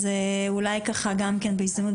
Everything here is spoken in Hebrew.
אז אולי ככה בהזדמנות,